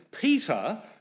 Peter